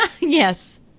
Yes